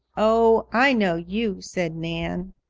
oh, i know you! said nan.